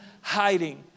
hiding